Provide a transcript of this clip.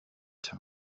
usw